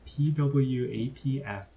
PWAPF